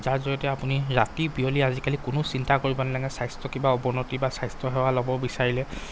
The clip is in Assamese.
যাৰ জৰিয়তে আপুনি ৰাতি বিয়লি আজিকালি কোনো চিন্তা কৰিব নেলাগে স্বাস্থ্য কিবা অৱনতি বা স্বাস্থ্য সেৱা ল'ব বিচাৰিলে